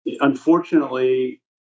Unfortunately